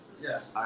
Yes